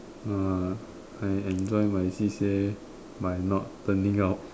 uh I enjoy my C_C_A by not turning up